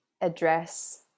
address